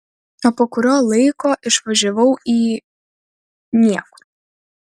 o po kurio laiko išvažiavau į niekur